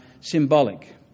symbolic